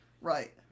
Right